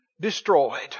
destroyed